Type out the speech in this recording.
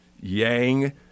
Yang